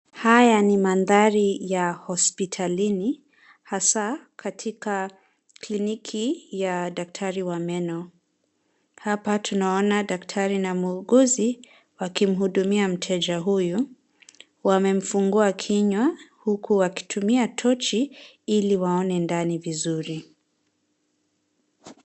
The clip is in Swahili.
Haya ni mandhari ya hospitalini hasa katika kliniki ya daktari wa meno. Hapa tunaona daktari na muuguzi wakimhudumia mteja huyu. Wamemfungua kinywa huku wakitumia torch ili waone ndani vizuri.